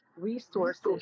Resources